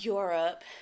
Europe